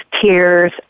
Tears